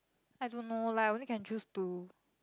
I don't know like I only can choose two